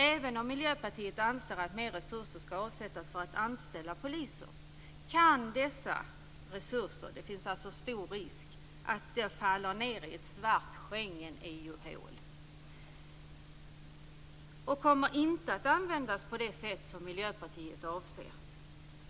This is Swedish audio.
Även om Miljöpartiet anser att mer resurser ska avsättas för att anställa poliser finns stor risk för att de faller ned i ett stort Schengen-EU-hål och inte kommer att användas på det sätt Miljöpartiet avser.